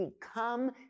become